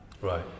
right